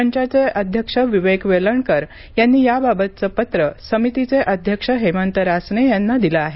मंचाचे अध्यक्ष विवेक वेलणकर यांनी याबाबतचं पत्र समितीचे अध्यक्ष हेमंत रासने यांना दिले आहे